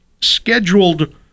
scheduled